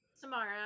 Tomorrow